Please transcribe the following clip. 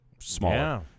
smaller